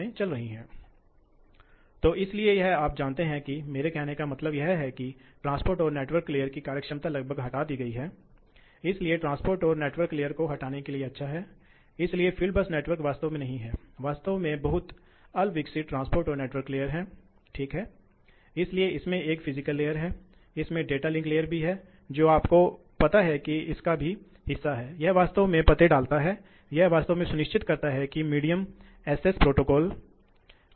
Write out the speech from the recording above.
बस आपको दिखाने के लिए ठीक है हाँ हम फैन कर्व पर हैं तो हम देखते हैं कि वास्तव में यह लगभग 300 के एक फैन RPM के साथ गणना की गई है इसलिए यह 300 वक्र है इसलिए हम हैं इस वक्र को देखते हैं यह स्थिरांक आरपीएम 300 वक्र है ठीक है और हम सौ प्रतिशत पर हैं इसलिए यह यहां पर कहीं है आप देखते हैं कि यह कहीं पर है ठीक है अब आप देखते हैं कि यहां बिजली की आवश्यकता क्या है इन वक्रों को देखो यह 30 है यह निरंतर 30 वक्र है